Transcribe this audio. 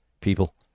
People